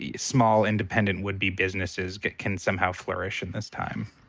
yeah small, independent would be businesses can somehow flourish in this time.